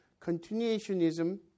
Continuationism